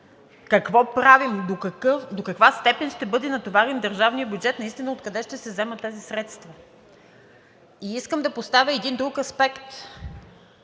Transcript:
Какво правим? До каква степен ще бъде натоварен държавният бюджет и наистина откъде ще се вземат тези средства? Искам да поставя един друг аспект,